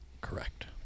Correct